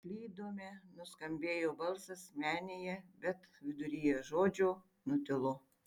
klydome nuskambėjo balsas menėje bet viduryje žodžio nutilo